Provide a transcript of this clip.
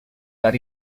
that